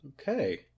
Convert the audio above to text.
Okay